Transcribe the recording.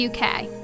UK